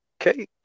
okay